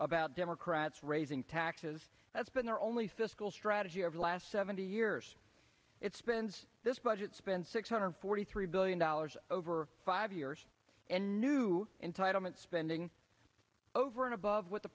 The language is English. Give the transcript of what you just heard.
about democrats raising taxes that's been their only fiscal strategy of last seventy years it spends this budget spend six hundred forty three billion dollars over five years and new entitlement spend over and above what the